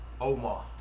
Omar